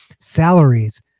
salaries